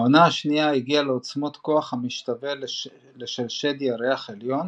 בעונה השנייה הגיעה לעוצמת כוח המשתווה לשל שד ירח עליון